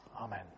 Amen